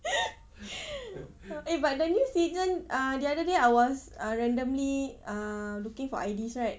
eh but the new season uh the other day I was uh randomly uh looking for I_Ds right